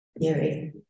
theory